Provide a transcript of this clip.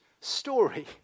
story